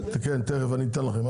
אני אתן לכם.